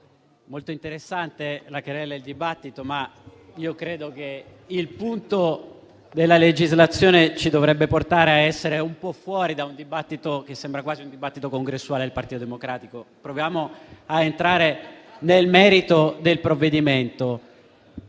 molto interessante della *querelle*, ma credo che il punto della legislazione ci dovrebbe portare a essere un po' fuori da uno che sembra quasi un dibattito congressuale del Partito Democratico. Proviamo a entrare nel merito del provvedimento.